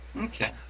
Okay